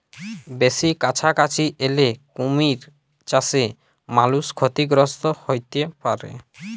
বেসি কাছাকাছি এলে কুমির চাসে মালুষ ক্ষতিগ্রস্ত হ্যতে পারে